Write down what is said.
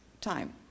time